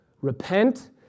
Repent